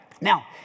Now